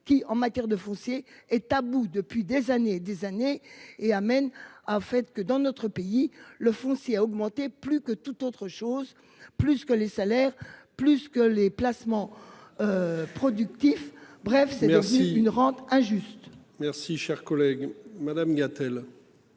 qui en matière de foncier est tabou depuis des années, des années et amène à fait que dans notre pays le foncier a augmenté plus que tout autre chose. Plus que les salaires plus que les placements. Productifs. Bref, c'est aussi une rente injuste. Merci cher collègue. Madame Gatel.